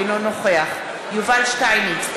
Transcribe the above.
אינו נוכח יובל שטייניץ,